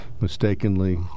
Mistakenly